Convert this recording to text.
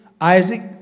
Isaac